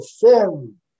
form